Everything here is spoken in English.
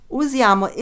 usiamo